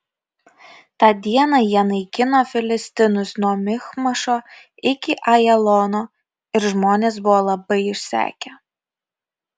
tą dieną jie naikino filistinus nuo michmašo iki ajalono ir žmonės buvo labai išsekę